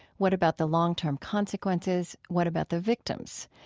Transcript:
what about the long-term consequences? what about the victims?